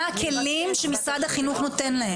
מה הכלים שמשרד החינוך נותן להם?